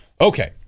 Okay